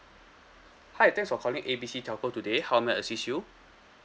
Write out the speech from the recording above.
hi thanks for calling A B C telco today how may I assist you